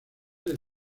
del